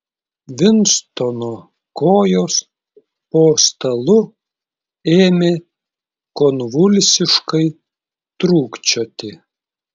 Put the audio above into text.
vinstono kojos po stalu ėmė konvulsiškai trūkčioti